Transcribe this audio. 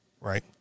right